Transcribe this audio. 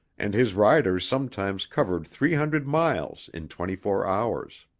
and his riders sometimes covered three hundred miles in twenty-four hours.